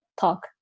talk